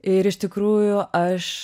ir iš tikrųjų aš